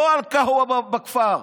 לא על קהווה בכפר,